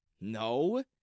No